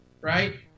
right